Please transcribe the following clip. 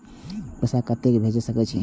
पैसा कते से भेज सके छिए?